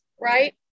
right